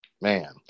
man